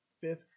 Fifth